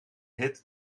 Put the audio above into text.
hit